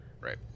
Right